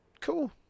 Cool